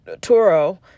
Toro